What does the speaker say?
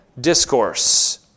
discourse